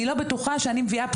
אני לא בטוחה שאני מביאה בשורה.